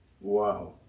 Wow